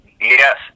Yes